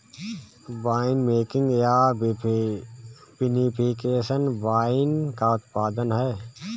winemaking या vinification wine का उत्पादन है